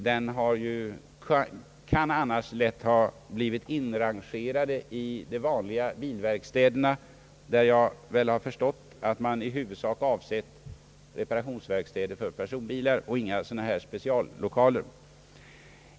Den kan annars ha blivit inrangerad i de vanliga bilverkstäderna, med vilka man, såvitt jag kan förstå, i huvudsak avsett reparationsverkstäder för personbilar och inte några sådana här speciallokaler.